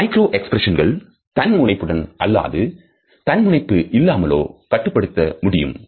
micro எக்ஸ்பிரஷன்கள் தன்முனைப்புடன் அல்லது தன்முனைப்பு இல்லாமலோ கட்டுப்படுத்த முடியும்